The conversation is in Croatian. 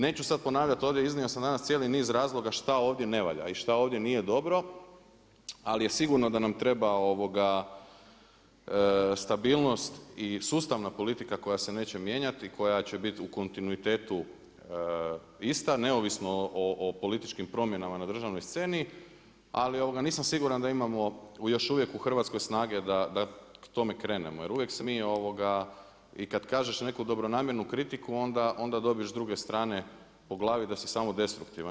Neću sad ponavljati, ovdje, iznio sam danas cijeli niz razloga šta ovdje ne valja i šta ovdje nije dobro, ali je sigurno da nam treba stabilnost i sustavna politika koja se neće mijenjati, koja će biti u kontinuitetu ista, neovisno o političkim promjenama na državnoj sceni, ali nisam siguran da imamo još uvijek u Hrvatskoj snage da tome krenemo, jer uvijek se mi i kad kažeš neku dobronamjernu kritiku onda dobiš s druge strane po glavi da si samo destruktivan.